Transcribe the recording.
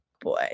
boy